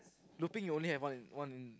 looping you only have one one